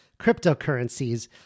cryptocurrencies